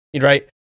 right